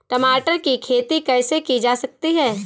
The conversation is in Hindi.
टमाटर की खेती कैसे की जा सकती है?